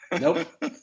Nope